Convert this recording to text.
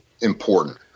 important